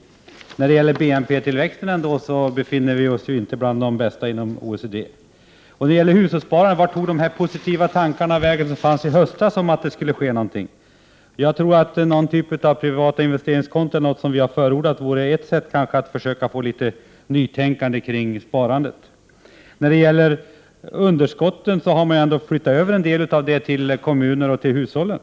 När det gäller BNP-tillväxten befinner vi oss inte bland de bästa inom OECD. Vart tog de positiva tankar vägen som fanns i höstas om att något skulle ske med hushållssparandet. Jag tror att någon typ av privata investeringskonton, något som vi har förordat, vore ett sätt att få litet nytänkande kring sparandet. En del av underskottet har flyttats över till kommuner och till hushållen.